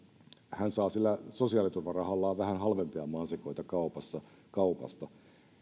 hän saa sillä sosiaaliturvarahallaan vähän halvempia mansikoita kaupasta kaupasta